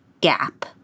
gap